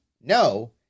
no